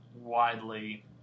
Widely